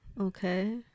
Okay